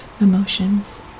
emotions